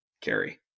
carry